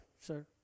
sir